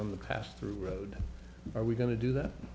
on the pass through road are we going to do